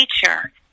teacher